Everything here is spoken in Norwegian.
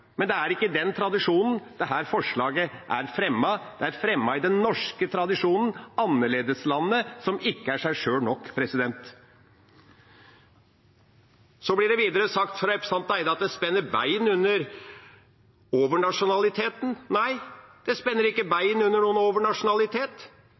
Men det er ikke i den tradisjonen dette forslaget er blitt fremmet. Det er fremmet i den norske tradisjonen – annerledeslandet som ikke er seg sjøl nok. Det blir videre sagt av representanten Eide at det spenner bein under overnasjonaliteten. Nei, det spenner ikke